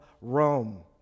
Rome